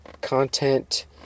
content